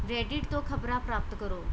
Reddit ਤੋਂ ਖ਼ਬਰਾਂ ਪ੍ਰਾਪਤ ਕਰੋ